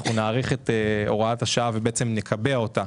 כאשר אנחנו נקבע את הוראת השעה בנוגע לנקודות